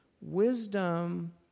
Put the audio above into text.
Wisdom